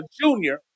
junior